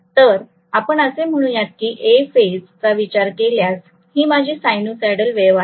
तर आपण असे म्हणूयात की A फेज चा विचार केल्यास ही माझी सायनोसोईडल वेव्ह आहे